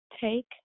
take